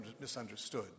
misunderstood